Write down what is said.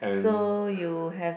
so you have